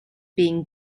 being